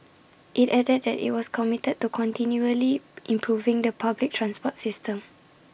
IT added that IT was committed to continually improving the public transport system